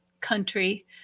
country